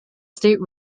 state